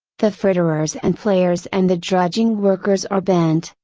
the fritterers and players and the drudging workers are bent,